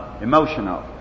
emotional